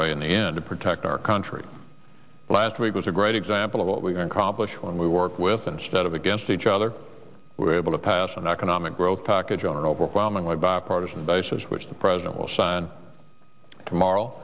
way in the end to protect our country last week was a great example of what we can accomplish when we work with instead of against each other we're able to pass an economic growth package on an overwhelmingly bipartisan basis which the president will sign tomorrow